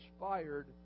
inspired